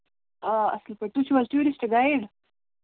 آ اَصٕل پٲٹھۍ تُہۍ چھِو حظ ٹوٗرِسٹ گایِڈ